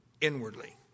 inwardly